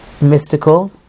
mystical